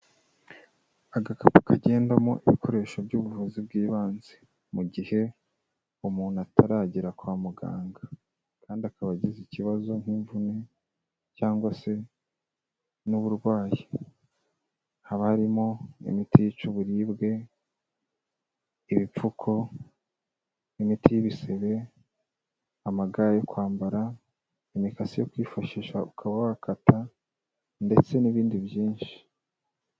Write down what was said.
Agakapu kagendamo ibikoresho by'ubuvuzi bw'ibanze, mu gihe umuntu ataragera kwa muganga, kandi akaba agize ikibazo nk'imvune cyangwa se n'uburwayi, haba harimo: imiti yica uburibwe, ibipfuko, imiti y'ibisebe, amaga yo kwambara, imikasi yo kwifashisha ukaba wakata ndetse n'ibindi byinshi.